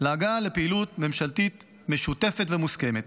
להגעה לפעילות ממשלתית משותפת ומוסכמת.